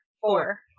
Four